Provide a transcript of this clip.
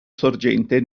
sorgente